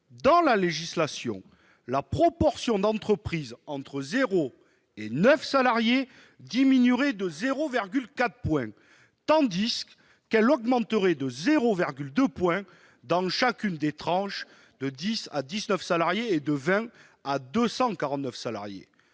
dans la législation, la proportion d'entreprises entre 0 et 9 salariés diminuerait de 0,4 point, tandis qu'elle augmenterait de 0,2 point dans chacune des tranches de 10 à 19 salariés et de 20 à 249 salariés